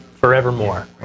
forevermore